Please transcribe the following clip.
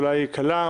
אולי קלה,